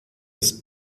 ist